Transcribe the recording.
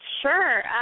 Sure